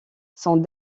sont